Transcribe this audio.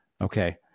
Okay